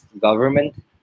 government